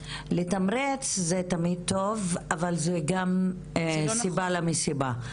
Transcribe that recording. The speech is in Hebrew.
לתמרץ זה תמיד טוב, אבל זה גם סיבה למסיבה.